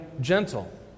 gentle